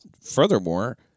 furthermore